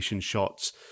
shots